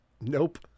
nope